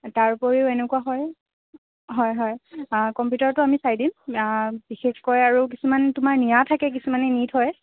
তাৰ উপৰিও এনেকুৱা হয় হয় হয় কম্পিউটাৰটো আমি চাই দিম বিশেষকৈ আৰু কিছুমান তোমাৰ নিয়া থাকে কিছুমানে নি থয়